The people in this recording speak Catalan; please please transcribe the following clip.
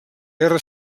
guerra